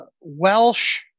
welsh